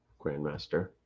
Grandmaster